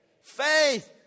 Faith